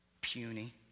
Puny